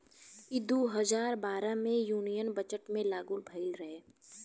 ई दू हजार बारह मे यूनियन बजट मे लागू भईल रहे